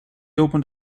opened